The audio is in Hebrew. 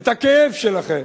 את הכאב שלכם,